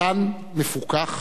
זן מפוכח,